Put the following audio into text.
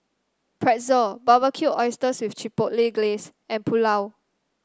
Pretzel Barbecued Oysters with Chipotle Glaze and Pulao